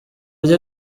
rye